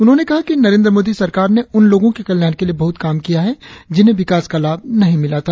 उन्होंने कहा कि नरेंद्र मोदी सरकार ने उन लोगों के कल्याण के लिए बहुत काम किया है जिन्हें विकास का लाभ नहीं मिला था